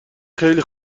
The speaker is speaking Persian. خیلی